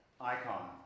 icon